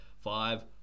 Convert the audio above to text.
five